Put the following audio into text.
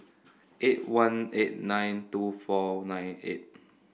eight one eight nine two four nine eight